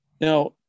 Now